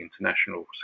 international